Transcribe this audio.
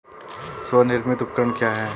स्वनिर्मित उपकरण क्या है?